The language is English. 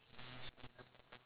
thought provoking